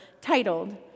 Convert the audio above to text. titled